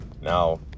Now